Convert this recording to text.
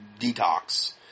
detox